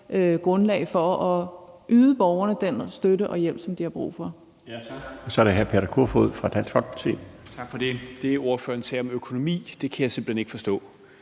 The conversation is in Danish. grundlag for at yde borgerne den støtte og hjælp, som de har brug for.